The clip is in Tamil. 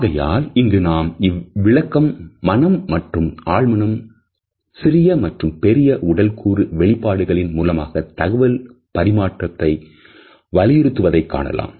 ஆகையால் இங்கு நாம் இவ்விளக்கம் மனம் மற்றும் ஆழ்மனம் சிறிய மற்றும் பெரிய உடல்கூறு வெளிப்பாடுகள்மூலமாக தகவல் பரிமாற்றத்தை வலியுறுத்துவதைக் காணலாம்